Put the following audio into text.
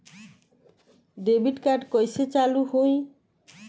Debit card कइसे चालू होई?